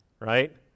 right